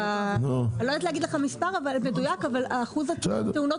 לא יודעת להגיד לך מספר מדויק אבל אחוז התאונות